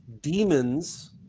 demons